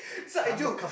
that's I do